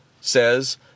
says